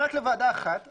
תפנה רק לוועדה אחת ארצית,